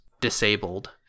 disabled